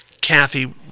Kathy